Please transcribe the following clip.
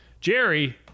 Jerry